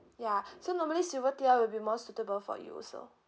ya so normally silver tier will be more suitable for you also